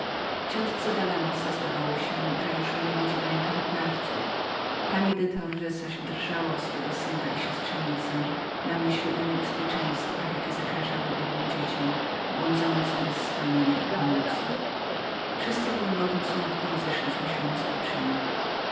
gorzko narzekać ciotce dalanosa zdawało się że już mnie widzi w rękach oprawców pani de torres zaś drżała o swego syna i synowicę na myśl o niebezpieczeństwach jakie zagrażały biednym dzieciom błądzącym bez schronienia i pomocy wszyscy w głębokim smutku rozeszliśmy się na spoczynek